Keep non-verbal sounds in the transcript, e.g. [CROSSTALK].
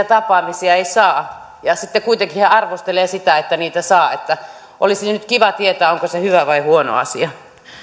[UNINTELLIGIBLE] tapaamisia ei saa sitten kuitenkin hän arvostelee sitä että niitä saa olisi nyt kiva tietää onko se hyvä vai huono asia